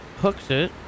Hooksit